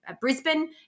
Brisbane